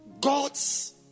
God's